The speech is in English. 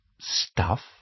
stuff